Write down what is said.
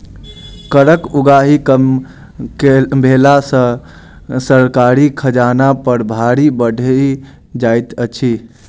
करक उगाही कम भेला सॅ सरकारी खजाना पर भार बढ़ि जाइत छै